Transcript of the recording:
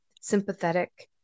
sympathetic